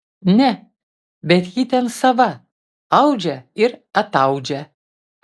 ne bet ji ten sava audžia ir ataudžia